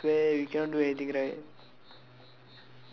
she says she say we cannot swear we cannot do anything right